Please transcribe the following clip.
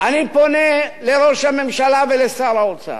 אני פונה לראש הממשלה ולשר האוצר,